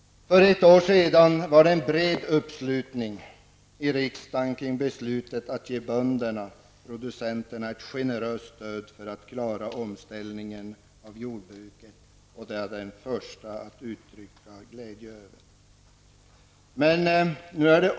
För ett år sedan var det en bred uppslutning i riksdagen kring beslutet att ge bönderna, producenterna, ett generöst stöd för att klara omställningen av jordbruket. Jag är den första att uttrycka glädje över det.